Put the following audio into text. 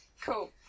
cool